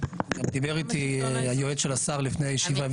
דיבר איתי היועץ של השר לפני הישיבה,